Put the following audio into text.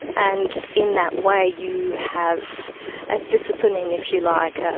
and in that way you have a disciplining if you like,